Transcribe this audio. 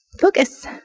Focus